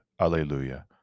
Alleluia